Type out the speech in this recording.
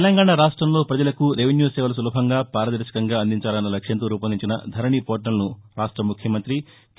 తెలంగాణ రాష్ట్రంలో ప్రజలకు రెవెన్యూ సేవలు సులభంగా పారదర్భకంగా అందించాలన్న లక్ష్యంతో రూపొందించిన ధరణి పోర్టల్ను రాష్ట ముఖ్యమంతి కె